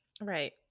Right